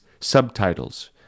subtitles